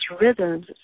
rhythms